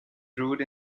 brewed